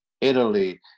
Italy